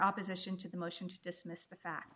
opposition to the motion to dismiss the fact